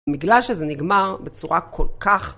בגלל שזה נגמר בצורה כל כך.